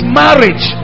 marriage